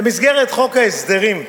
במסגרת חוק ההסדרים,